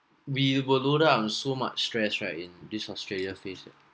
we were loaded on so much stress right in this australia phase